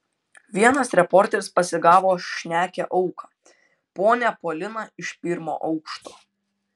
vienas reporteris pasigavo šnekią auką ponią poliną iš pirmo aukšto